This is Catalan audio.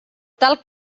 tal